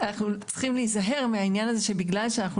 אנחנו צריכים להיזהר ממצב שבו בגלל שאנחנו